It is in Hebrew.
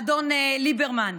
אדון ליברמן.